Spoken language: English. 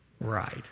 right